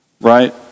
right